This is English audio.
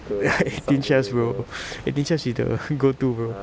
eighteen chefs bro eighteen chefs is the go to bro